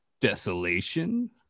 desolation